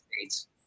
States